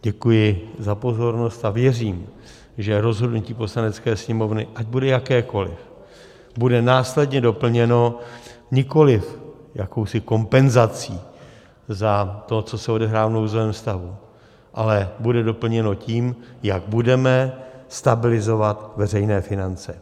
Děkuji za pozornost a věřím, že rozhodnutí Poslanecké sněmovny, ať bude jakékoliv, bude následně doplněno nikoliv jakousi kompenzací za to, co se odehrává v nouzovém stavu, ale bude doplněno tím, jak budeme stabilizovat veřejné finance.